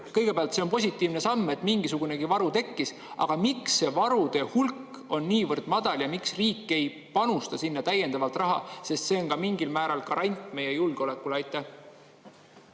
Kõigepealt, see on positiivne samm, et mingisugunegi varu tekkis, aga miks see varude hulk on niivõrd väike ja miks riik ei panusta sinna täiendavalt raha? See on mingil määral ka garant meie julgeolekule. Aitäh,